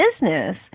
business